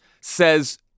says